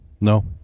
no